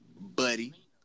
Buddy